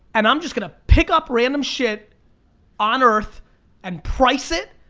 and i'm just gonna pick up random shit on earth and price it,